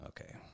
Okay